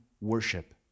worship